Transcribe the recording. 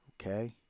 Okay